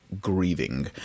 grieving